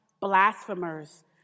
blasphemers